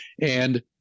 And-